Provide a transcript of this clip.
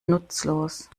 nutzlos